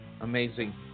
Amazing